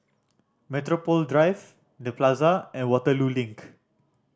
Metropole Drive The Plaza and Waterloo Link